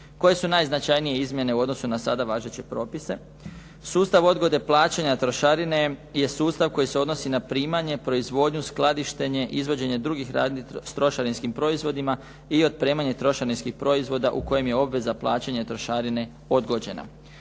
Koje su najznačajnije izmjene u odnosu na sada važeće propise? Sustav odgode plaćanja trošarine je sustav koji se odnosi na primanje, proizvodnju, skladištenje, izvođenje drugih radnji s trošarinskim proizvodima i otpremanje trošarinskih proizvoda u kojim je obveza plaćanja trošarine odgođena.